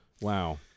Wow